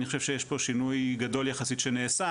אני חושב שיש פה שינוי גדול יחסית שנעשה,